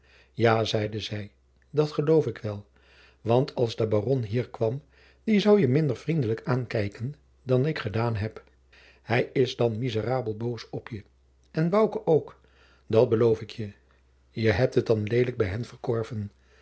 ja zeide zij dat geloof ik wel want als de baron hier kwam die zou je minder vriendelijk aankijken dan ik gedaan heb hij is dan miserabel boos op je en bouke ook dat beloof ik je je hebt het dan lelijk bij hen verkorven